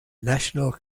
national